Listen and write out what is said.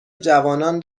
جوانان